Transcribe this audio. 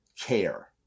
care